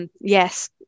yes